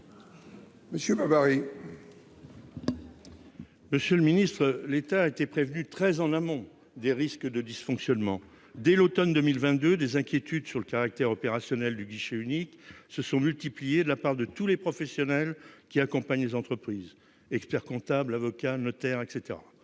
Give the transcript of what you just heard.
Monsieur le ministre, l'État a été prévenu très en amont des risques de dysfonctionnement. Dès l'automne 2022, des inquiétudes sur le caractère opérationnel du guichet unique se sont fait jour chez tous les professionnels qui accompagnent les entreprises : experts-comptables, avocats, notaires, etc.